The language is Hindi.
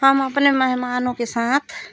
हम अपने मेहमानों के साथ